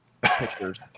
pictures